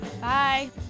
Bye